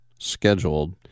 scheduled